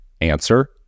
answer